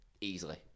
Easily